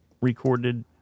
recorded